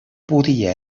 podia